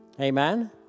Amen